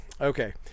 Okay